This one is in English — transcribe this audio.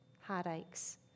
heartaches